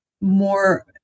more